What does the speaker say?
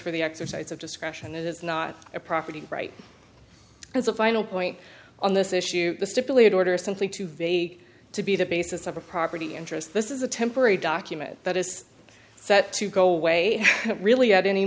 for the exercise of discretion it is not a property right as a final point on this issue the stipulated order is simply too vague to be the basis of a property interest this is a temporary document that is set to go away really at any